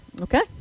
okay